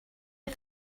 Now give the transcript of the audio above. you